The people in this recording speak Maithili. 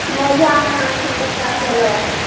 मोजा लेना छै बच्चा सब ला